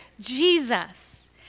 Jesus